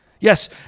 Yes